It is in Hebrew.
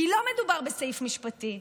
כי לא מדובר בסעיף משפטי,